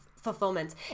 fulfillment